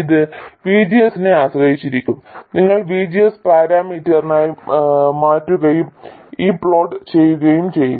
ഇത് VGS നെ ആശ്രയിച്ചിരിക്കും നിങ്ങൾ VGS പാരാമീറ്ററായി മാറ്റുകയും ഇത് പ്ലോട്ട് ചെയ്യുകയും ചെയ്യുക